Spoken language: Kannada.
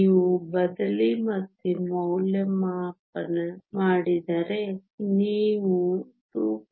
ನೀವು ಬದಲಿ ಮತ್ತು ಮೌಲ್ಯಮಾಪನ ಮಾಡಿದರೆ ನೀವು 2